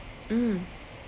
mm